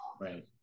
Right